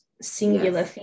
singular